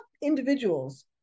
individuals